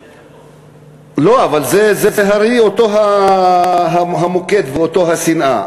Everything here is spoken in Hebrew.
לא, אבל זה הרי אותו המוקד ואותה השנאה.